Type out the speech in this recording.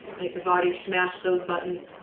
and if you've already shmash those buttons